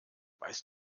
weißt